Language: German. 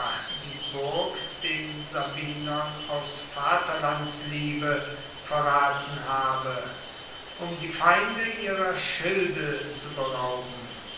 die burg den sabinern aus vaterlandsliebe verraten habe um die feinde ihrer schilde zu berauben